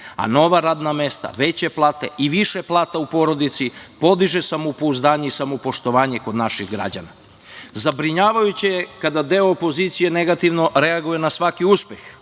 a nova radna mesta, veće plate i više plata u porodici podiže samopouzdanje i samopoštovanje kod naših građana. Zabrinjavajuće je kada deo opozicije negativno reaguje na svaki